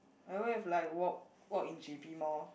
I won't have like walk walk in G_P more